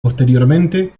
posteriormente